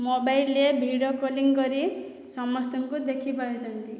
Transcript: mobile ରେ video କଲିଙ୍ଗକରି ସମସ୍ତଙ୍କୁ ଦେଖିପାରୁଛନ୍ତି